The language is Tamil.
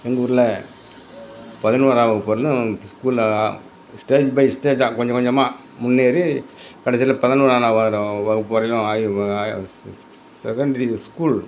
எங்கூரில் பதினோராம் வகுப்பு வரலும் ஸ்கூலில் ஸ்டேஜ் பை ஸ்டேஜ்ஜாக கொஞ்சம் கொஞ்சமாக முன்னேறி கடைசில பதினோனா வார வா வகுப்பு வரலும் ஸ் ஸ் ஸ் செகண்டரி ஸ்கூல்